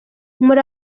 muri